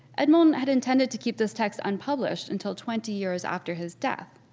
edmond had intended to keep this text unpublished until twenty years after his death,